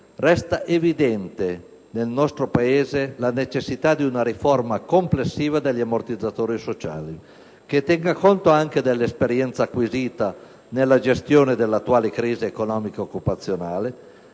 resta evidente nel nostro Paese la necessità di una riforma complessiva degli ammortizzatori sociali, che tenga conto anche dell'esperienza acquisita nella gestione dell'attuale crisi economica occupazionale,